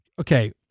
okay